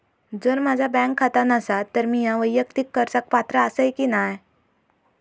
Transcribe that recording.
जर माझा बँक खाता नसात तर मीया वैयक्तिक कर्जाक पात्र आसय की नाय?